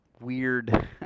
weird